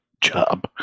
job